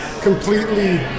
completely